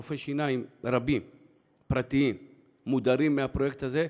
רופאי שיניים פרטיים רבים שמודרים מהפרויקט הזה.